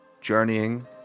journeying